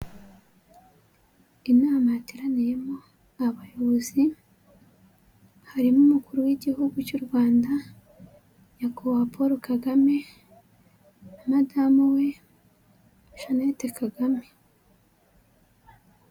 Inama yateraniyemo abayobozi, harimo umukuru w'igihugu cy'u Rwanda Nyakubahwa, Paul Kagame na madamu we, Jeannette Kagame.